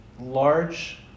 large